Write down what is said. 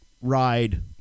ride